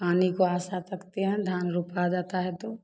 पानी को आशा तकते हैं धान रोपा जाता है तो